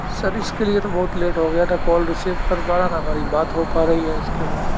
سر اس کے لیے تو بہت لیٹ ہو گیا نہ کال ریسیور کر پا رہا نہ ہماری بات ہو پا رہی ہے اس کے لیے